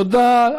תודה.